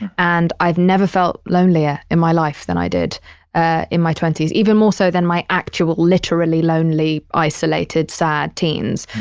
and i've never felt lonelier in my life than i did ah in my twenty s, even more so than my actual, literally lonely, isolated, sad teens.